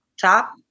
top